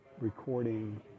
recording